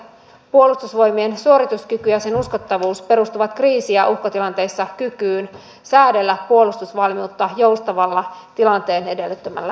puolustusvoimien suorituskyky ja sen uskottavuus perustuvat kriisi ja uhkatilanteessa kykyyn säädellä puolustusvalmiutta joustavalla tilanteen edellyttämällä tavalla